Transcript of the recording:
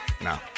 No